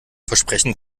versprechen